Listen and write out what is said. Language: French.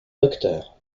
docteur